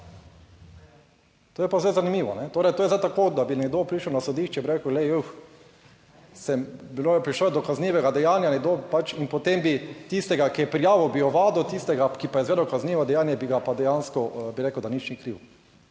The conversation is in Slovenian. To je pa zdaj zanimivo. Torej, to je zdaj tako, da bi nekdo prišel na sodišče, bi rekel, glej ju, sem, bilo je prišlo do kaznivega dejanja, nekdo pač, in potem bi tistega, ki je prijavil, bi ovadil, tistega, ki pa je izvedel kaznivo dejanje, bi ga pa dejansko, bi rekel, da nič ni kriv.